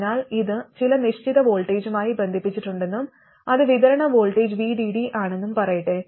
അതിനാൽ ഇത് ചില നിശ്ചിത വോൾട്ടേജുമായി ബന്ധിപ്പിച്ചിട്ടുണ്ടെന്നും അത് വിതരണ വോൾട്ടേജ് VDD ആണെന്നും പറയട്ടെ